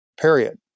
Period